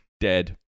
dead